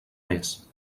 més